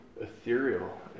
ethereal